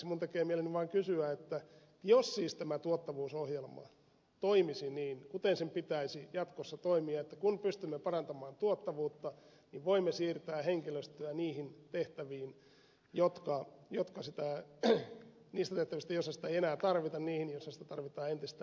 minun tekee mieleni vain kysyä että entä jos tuottavuusohjelma toimisi niin kuin sen pitäisi jatkossa toimia niin että kun pystymme parantamaan tuottavuutta voimme siirtää henkilöstöä niistä tehtävistä joissa sitä että mies löi toista jos ei enää tarvita niihin joissa sitä tarvitaan entistä enemmän